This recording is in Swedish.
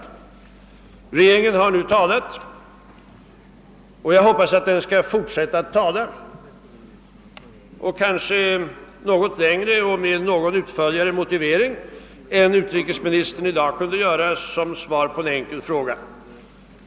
Nu har regeringen talat, och jag hoppas att den skall fortsätta att tala — helst litet längre och med något utförligare motivering än vad utrikesministern i dag kunnat göra som svar på en enkel fråga.